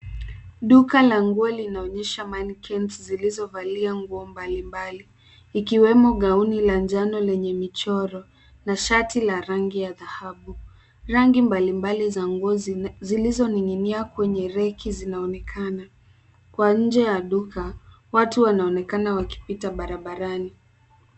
Duka la nguo linaonyesha mannequins zilizovalia nguo mbali mbali. Likiwemo gauni la njano lenye michoro, na shati la rangi ya dhahabu. Rangi mbali mbali za nguo zilizoning'inia kwenye reki zinaonekana. Kwa nje ya duka, watu wanaonekana wakipita barabarani.